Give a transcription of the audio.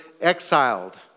exiled